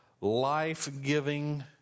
life-giving